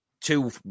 two